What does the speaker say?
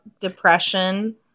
depression